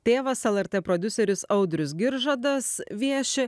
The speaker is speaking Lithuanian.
tėvas lrt prodiuseris audrius giržadas vieši